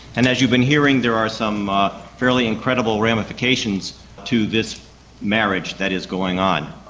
and as you've been hearing there are some fairly incredible ramifications to this marriage that is going on.